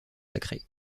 sacrée